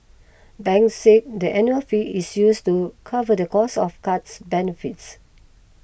banks said the annual fee is used to cover the cost of cards benefits